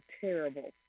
terrible